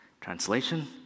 Translation